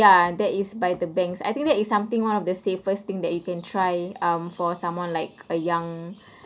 ya that is by the banks I think that is something one of the safest thing that you can try um for someone like a young